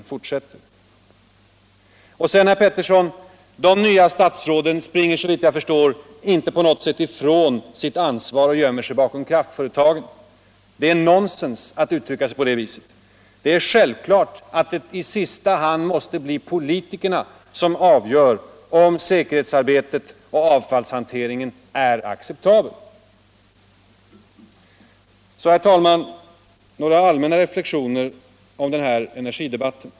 fortsätter. Sedan, herr Peterson: De nya statsråden springer, såvitt jag förstär, inte på något sätt ifrån sitt ansvar och gömmer sig bakom kraftföretagen. Det är nonsens att uttrycka sig på det viset. Det är självklart att det I sista hand måste bli politikerna som avgör om säkerhetsarbetet och avfallshanteringen är acceptabla. Så, herr talman, några allmänna reflexioner om den här energidebatten.